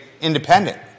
independent